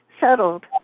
settled